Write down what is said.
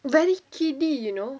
very kiddie you know